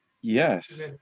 Yes